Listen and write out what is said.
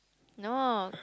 no